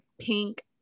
pink